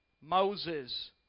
Moses